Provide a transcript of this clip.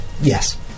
Yes